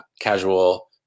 casual